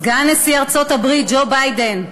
סגן נשיא ארצות-הברית ג'ו ביידן,